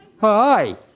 Hi